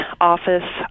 office